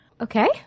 Okay